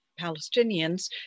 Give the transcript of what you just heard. Palestinians